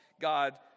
God